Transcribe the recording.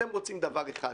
אתם רוצים דבר אחד: